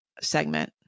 segment